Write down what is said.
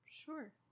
Sure